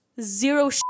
zero